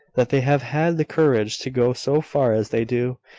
that they have had the courage to go so far as they do,